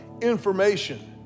information